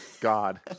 God